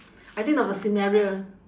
I think of a scenario